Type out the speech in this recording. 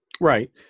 Right